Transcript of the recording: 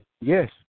yes